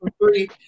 three